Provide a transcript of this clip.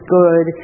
good